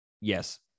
Yes